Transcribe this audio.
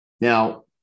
Now